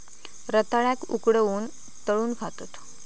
रताळ्याक उकळवून, तळून खातत